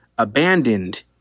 abandoned